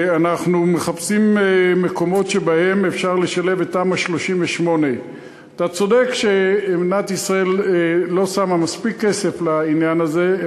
אנחנו מחפשים מקומות שבהם אפשר לשלב את תמ"א 38. אתה צודק שמדינת ישראל לא שמה מספיק כסף בעניין הזה,